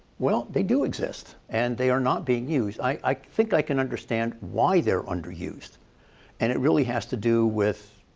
well, they do exist and they are not being used. i think that i can understand why they are underused and it really has to do with